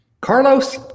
Carlos